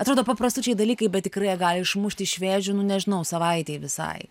atrodo paprastučiai dalykai bet tikrai jie gali išmušti iš vėžių nu nežinau savaitei visai